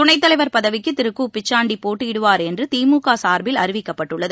துணைத்தலைவர் பதவிக்கு திரு கு பிச்சாண்டி போட்டியிடுவார் என்று திமுக சார்பில் அறிவிக்கப்பட்டுள்ளது